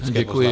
Děkuji.